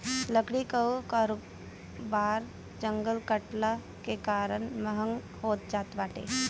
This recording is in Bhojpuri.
लकड़ी कअ कारोबार जंगल कटला के कारण महँग होत जात बाटे